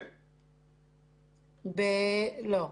לא.